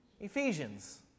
Ephesians